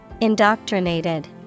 Indoctrinated